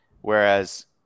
Whereas